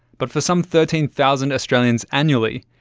but for some thirteen thousand australians annually,